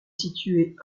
situé